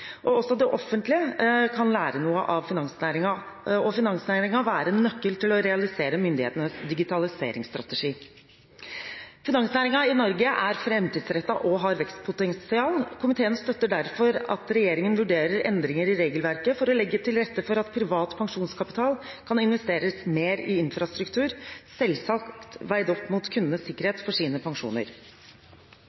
Også det offentlige kan lære noe av finansnæringen, og finansnæringen kan være en nøkkel til å realisere myndighetenes digitaliseringsstrategi. Finansnæringen i Norge er framtidsrettet og har vekstpotensial. Komiteen støtter derfor at regjeringen vurderer endringer i regelverket for å legge til rette for at privat pensjonskapital kan investeres mer i infrastruktur, selvsagt veid opp mot kundenes